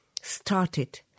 started